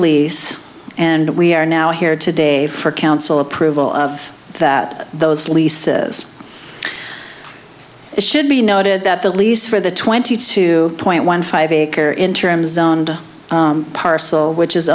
lease and we are now here today for council approval of that those leases should be noted that the lease for the twenty two point one five acre interim zoned parcel which is